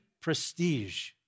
prestige